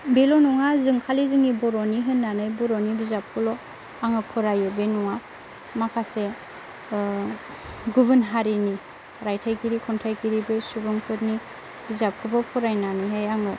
बेल' नङा जों खालि जोंनि बर'नि होननानै बर'नि बिजाबखौल' आङो फरायो बे नङा माखासे गुबुन हारिनि रायथाइगिरि खन्थाइगिरि बे सुबुंफोरनि बिजाबखौबो फरायनानैहाय आङो